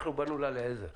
אנחנו באנו לה לעזר.